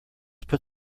put